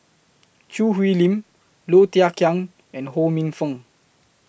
Choo Hwee Lim Low Thia Khiang and Ho Minfong